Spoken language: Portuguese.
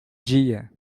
dia